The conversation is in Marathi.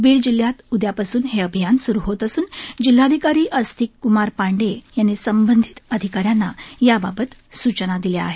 बीड जिल्ह्यात उद्यापासून हे अभियान स्रु होत असून जिल्हाधिकारी आस्तिक कुमार पाण्डेय यांनी संबंधित अधिका यांना याबाबत सूचना दिल्या आहेत